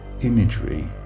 imagery